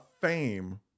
fame